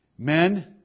Men